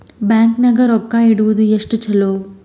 Bank ನಾಗ ರೊಕ್ಕ ಇಡುವುದು ಎಷ್ಟು ಚಲೋ?